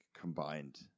combined